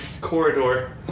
Corridor